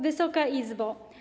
Wysoka Izbo!